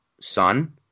son